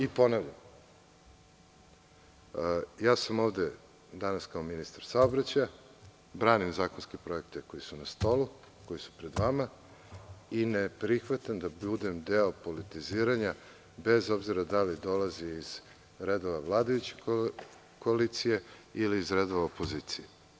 Ovde sam danas kao ministar saobraćaja, branim zakonske projekte koji su na stolu, koji su pred vama, i ne prihvatam da budem deo politiziranja, bez obzira da li dolazi iz redova vladajuće koalicije, ili iz redova opozicije.